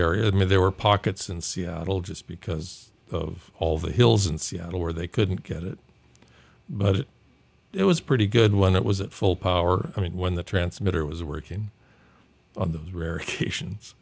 area i mean there were pockets in seattle just because of all the hills in seattle where they couldn't get it but it was pretty good when it was at full power i mean when the transmitter was working on those rare occasions